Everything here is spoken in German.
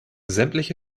sämtliche